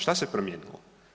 Šta se promijenilo?